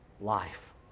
life